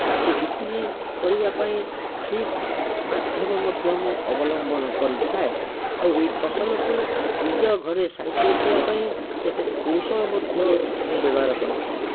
ତାକୁ ବିକ୍ରୀ କରିବା ପାଇଁ ଠିକ ମାଧ୍ୟମ ମଧ୍ୟ ମୁଁ ଅବଲମ୍ବନ କରିଥାଏ ଆଉ ଏଇ ଫସଲକୁ ନିଜ ଘରେ ସାଇତି ରଖିବା ପାଇଁ କେତେକ କୌଶଳ ମଧ୍ୟ ମୁଁ ବ୍ୟବହାର କରିଥାଏ